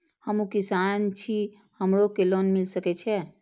हमू किसान छी हमरो के लोन मिल सके छे?